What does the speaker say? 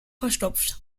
verstopft